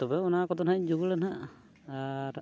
ᱛᱚᱵᱮ ᱚᱱᱟ ᱠᱚᱫᱚ ᱱᱟᱜ ᱤᱧ ᱡᱚᱜᱟᱲᱟ ᱱᱟᱜ ᱟᱨ